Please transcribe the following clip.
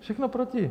Všechno proti!